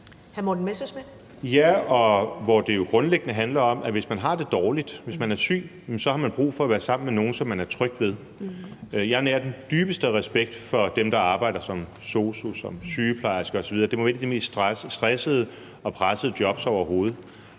Morten Messerschmidt (DF): Ja, og hvor det jo grundlæggende handler om, at hvis man har det dårligt, og hvis man er syg, så har man brug for at være sammen med nogen, som man er tryg ved. Jeg nærer den dybeste respekt for dem, der arbejder som sosu, som sygeplejerske osv. Det må være et af de jobs, hvor man er